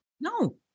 no